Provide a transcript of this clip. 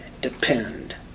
depend